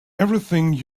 everything